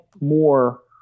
more